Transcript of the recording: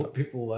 people